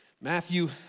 Matthew